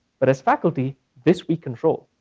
but as faculty, this we control,